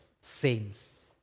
saints